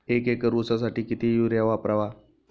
एक एकर ऊसासाठी किती युरिया वापरावा?